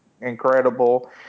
incredible